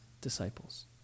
disciples